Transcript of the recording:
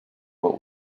what